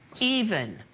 even,